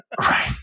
Right